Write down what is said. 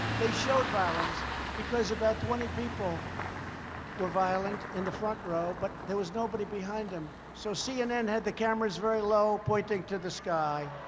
they showed violence because about twenty people were violent in the front row, but there was nobody behind them. so cnn had the cameras very low, pointing to the sky.